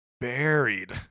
buried